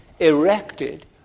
erected